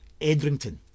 edrington